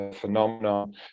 phenomenon